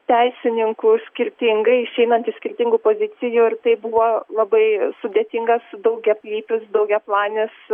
teisininkų skirtingai išeinant iš skirtingų pozicijų ir tai buvo labai sudėtingas daugialypis daugiaplanis